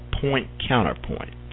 point-counterpoint